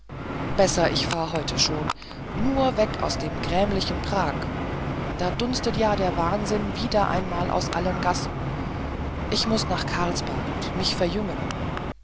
besser ich fahr heute schon nur weg aus diesem grämlichen prag da dunstet ja der wahnwitz wieder einmal aus allen gassen ich muß nach karlsbad mich verjüngen